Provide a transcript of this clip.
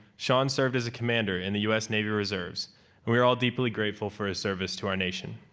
sean served as a commander in the us navy reserves, and we are all deeply grateful for his service to our nation.